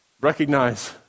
Recognize